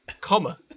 comma